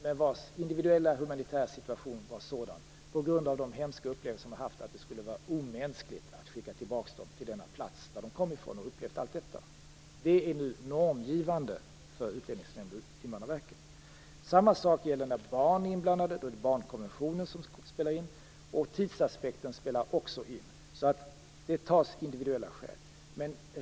Men deras individuella humanitära situation, på grund av de hemska upplevelser de hade haft, var sådan att det skulle vara omänskligt att skicka tillbaka dem till den plats de kom ifrån, och där de upplevt allt detta. Detta är nu normgivande för Utlänningsnämnden och Invandrarverket. Samma sak gäller när barn är inblandade. Då är det barnkonventionen som träder in. Tidsaspekten spelar också in. Det tas alltså hänsyn till individuella skäl.